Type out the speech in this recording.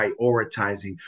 prioritizing